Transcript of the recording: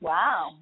Wow